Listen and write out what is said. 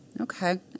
Okay